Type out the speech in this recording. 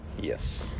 yes